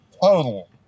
total